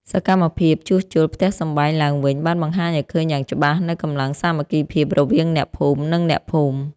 សកម្មភាពជួសជុលផ្ទះសម្បែងឡើងវិញ បានបង្ហាញឱ្យឃើញយ៉ាងច្បាស់នូវកម្លាំងសាមគ្គីភាពរវាងអ្នកភូមិ និងអ្នកភូមិ។